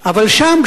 אבל שם,